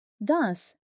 Thus